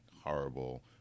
horrible